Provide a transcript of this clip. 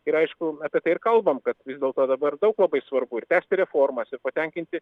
ir aišku apie tai ir kalbame kad vis dėl to dabar daug labai svarbu ir tęsti reformas ir patenkinti